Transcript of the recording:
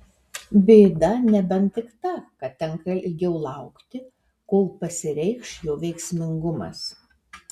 bėda nebent tik ta kad tenka ilgiau laukti kol pasireikš jo veiksmingumas